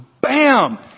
Bam